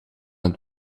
het